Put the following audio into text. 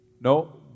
no